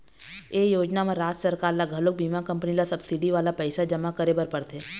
ए योजना म राज सरकार ल घलोक बीमा कंपनी ल सब्सिडी वाला पइसा जमा करे बर परथे